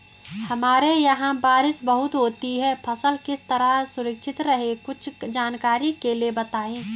हमारे यहाँ बारिश बहुत होती है फसल किस तरह सुरक्षित रहे कुछ जानकारी के लिए बताएँ?